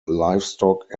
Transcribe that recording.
livestock